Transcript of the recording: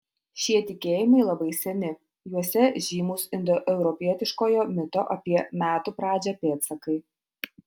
šie tikėjimai labai seni juose žymūs indoeuropietiškojo mito apie metų pradžią pėdsakai